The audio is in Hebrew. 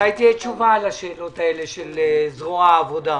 מתי תהיה תשובה על השאלות של זרוע העבודה?